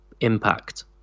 impact